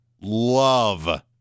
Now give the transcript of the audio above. love